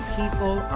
people